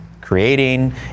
creating